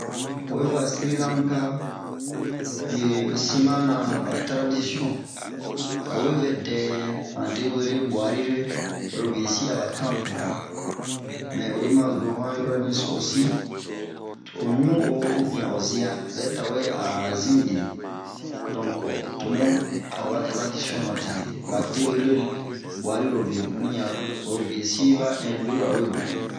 Oyi va Sirilanka, be sin ma na ba taradisiɔn, awe vɛdɛɛ han debwere buari re, oro bie si aba tampile ra. Mɛɛ oyi ma soo han yurɛniso sin, to'o ɲu'o ubiɛn o zia, bɛ tawɛ a zinh be.donke to bun aba taradisiɔn matete, debwere buari ro be boniɲan oro bie si ba ɛndu ra we wee.